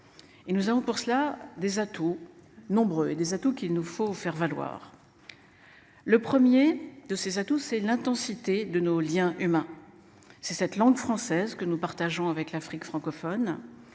nous avons pour cela des atouts nombreux et des atouts qu'il nous faut faire valoir. Le 1er de ses atouts, c'est l'intensité de nos Liens humains. C'est cette langue française que nous partageons avec l'Afrique francophone